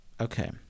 Okay